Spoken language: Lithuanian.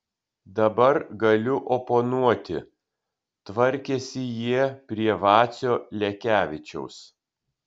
dabar galiu oponuoti tvarkėsi jie prie vacio lekevičiaus